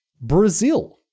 Brazil